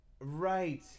right